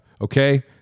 okay